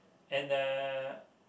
and uh